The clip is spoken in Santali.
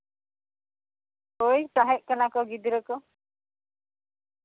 ᱦᱳᱭ ᱛᱟᱦᱮᱸᱜ ᱠᱟᱱᱟ ᱠᱚ ᱜᱤᱫᱽᱨᱟᱹ ᱠᱚ